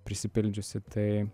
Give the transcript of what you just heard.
prisipildžiusį tai